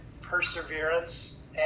perseverance